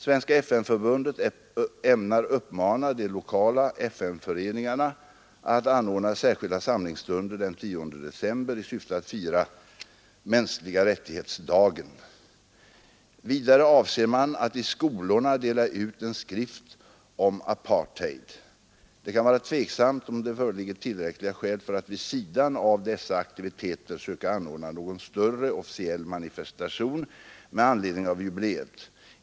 Svenska FN-förbundet ämnar uppmana de lokala FN-föreningarna att anordna särskilda samlingsstunder den 10 december i syfte att fira ”mänskliga rättighetsdagen”. Vidare avser man att i skolorna dela ut en skrift om apartheid. Det kan vara tveksamt om det föreligger tillräckliga skäl för att vid sidan av dessa aktiviteter söka anordna någon större officiell manifestation med anledning av jubileet.